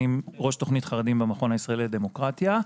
אני ראש תכנית חרדים במכון הישראלי לדמוקרטיה.